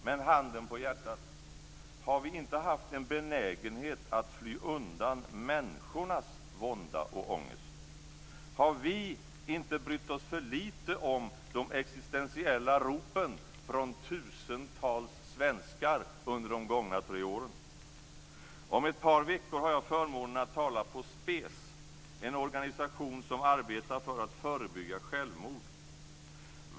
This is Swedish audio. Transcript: Men handen på hjärtat, har vi inte haft en benägenhet att fly undan människornas vånda och ångest? Har vi inte brytt oss för litet om de existentiella ropen från tusentals svenskar under de gångna tre åren? Om ett par veckor har jag förmånen att tala på SPES, en organisation som arbetar för att förebygga självmord.